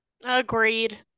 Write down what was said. Agreed